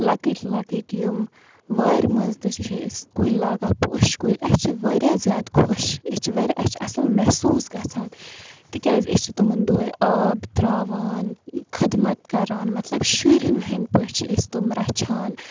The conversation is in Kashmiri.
لۄکٕٹۍ لۄکٕٹۍ یِم وارِ مَنٛز تہٕ أسۍ کُلۍ لاگان پوشہِ کُلۍ اَسہِ چھِ واریاہ زیادٕ خۄش أسۍ چھِ اَسہِ چھُ اَصل محسوٗس گَژھان تکیازِ أسۍ چھِ تِمَن دُہے آب تراوان خدمت کَران مَطلَب شُریٚن ہٕنٛدۍ پٲٹھۍ چھِ أسۍ تِمَن رَچھان